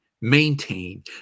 maintain